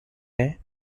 and